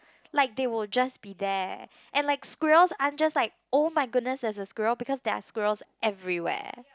like they will just be there and like squirrels I'm just like oh my goodness there's a squirrel because there are squirrels everywhere